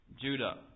Judah